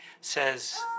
says